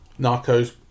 Narcos